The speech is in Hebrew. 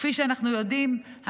כפי שאנחנו יודעים,